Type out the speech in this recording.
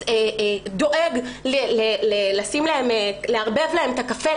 הוא דואג לערבב להן את הקפה.